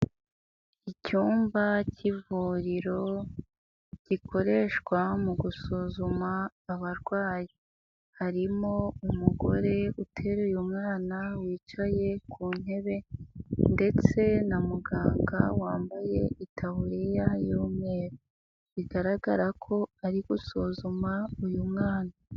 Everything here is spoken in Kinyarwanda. Icyumba k'ivuriro gikoreshwa mu gusuzuma abarwayi, harimo umugore uteruye umwana wicaye ku ntebe ndetse na muganga wambaye itaburiya y'umweru, bigaragara ko ari gusuzuma uyu mwana.